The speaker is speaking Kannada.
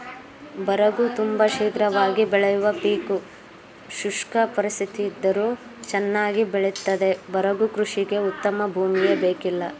ಬರಗು ತುಂಬ ಶೀಘ್ರವಾಗಿ ಬೆಳೆಯುವ ಪೀಕು ಶುಷ್ಕ ಪರಿಸ್ಥಿತಿಯಿದ್ದರೂ ಚನ್ನಾಗಿ ಬೆಳಿತದೆ ಬರಗು ಕೃಷಿಗೆ ಉತ್ತಮ ಭೂಮಿಯೇ ಬೇಕಿಲ್ಲ